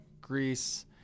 Greece